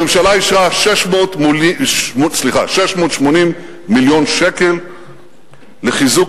הממשלה אישרה 680 מיליון שקל לחיזוק